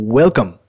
welcome